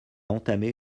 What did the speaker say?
entamé